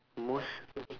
most